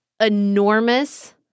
enormous